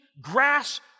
grass